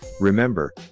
Remember